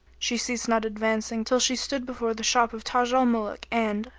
she ceased not advancing till she stood before the shop of taj al-muluk and,